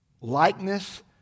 likeness